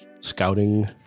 scouting